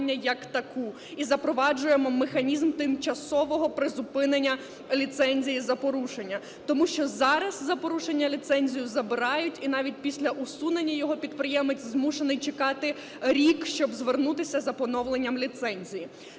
і запроваджуємо механізм тимчасового призупинення ліцензії за порушення. Тому що зараз за порушення ліцензію забирають і навіть після усунення його підприємець змушений чекати рік, щоб звернутися за поновленням ліцензії.